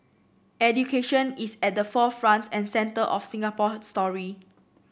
education is at the forefront and centre of Singapore story